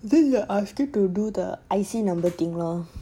this is the after to do the I_C number thing lor